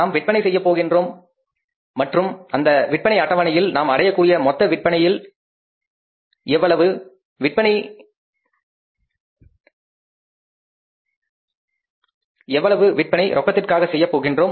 நாம் விற்பனை செய்யப் போகின்றோம் மற்றும் அந்த விற்பனை அட்டவணையில் நாம் அடையக்கூடிய மொத்த விற்பனையில் எவ்வளவு விற்பனை ரொக்கத்திற்காக செய்யப் போகின்றோம்